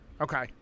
Okay